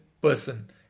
person